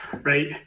Right